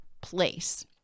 place